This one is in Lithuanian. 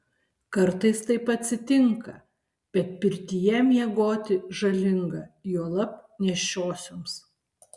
kartais taip atsitinka bet pirtyje miegoti žalinga juolab nėščiosioms